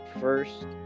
First